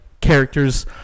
characters